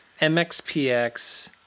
MXPX